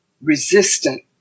resistant